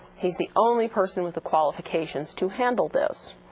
he's the only person with the qualifications to handle this.